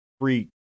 free